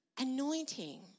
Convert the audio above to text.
Anointing